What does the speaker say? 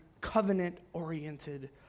covenant-oriented